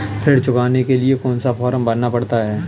ऋण चुकाने के लिए कौन सा फॉर्म भरना पड़ता है?